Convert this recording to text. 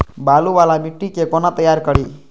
बालू वाला मिट्टी के कोना तैयार करी?